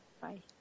Bye